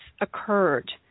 occurred